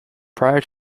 prior